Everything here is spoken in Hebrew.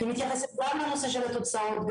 היא מתייחסת גם לנושא של התוצאות,